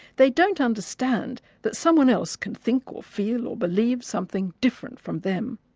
they don't understand that someone else can think or feel or believe something different from them.